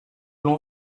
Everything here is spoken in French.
l’on